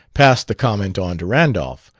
passed the comment on to randolph,